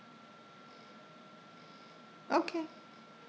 okay